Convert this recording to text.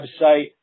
website